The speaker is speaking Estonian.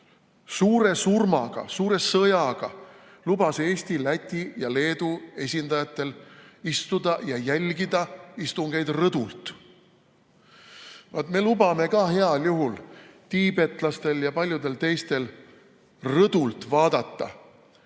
Suure surmaga, suure sõjaga lubas ta Eesti, Läti ja Leedu esindajatel istuda ja jälgida istungeid rõdult. Me lubame ka tiibetlastel ja paljudel teistel heal juhul rõdult vaadata,